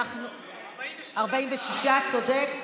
46. 46, צודק.